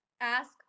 ask